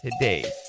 today